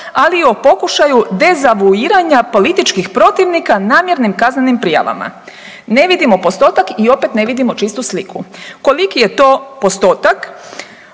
ali i o pokušaju dezavuiranja političkih protivnika namjernim kaznenim prijavama. Ne vidimo postotak i opet ne vidimo čistu sliku. Koliki je to postotak